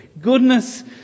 goodness